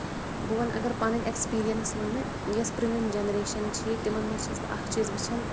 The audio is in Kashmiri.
بہٕ وَنہٕ اَگر پَنٕنۍ اٮ۪کٕسپِرینٕس وَنہٕ یۄس پرٲنۍ جنریشن چھِ تِمن منٛز چھَس بہٕ اکھ چیٖز وُچھان